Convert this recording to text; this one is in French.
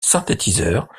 synthétiseurs